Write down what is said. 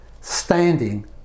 standing